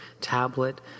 tablet